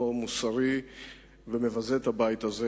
לא מוסרי ומבזה את הבית הזה.